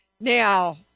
Now